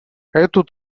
эту